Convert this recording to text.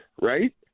right